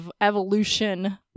evolution